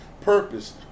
purpose